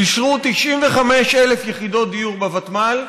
אישרו 95,000 יחידות דיור בוותמ"ל,